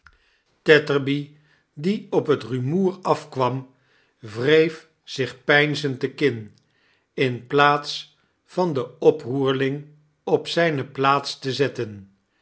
tetterby die op het rumoer afkwam wreef zich penzend de kin in plaats van den oproerling op zijne plaats te zetten